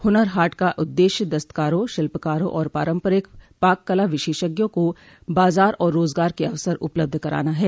हुनर हाट का उद्देश्य दस्तकारों शिल्पकारों और पारंपरिक पाककला विशेषज्ञों को बाजार और रोजगार के अवसर उपलब्ध कराना है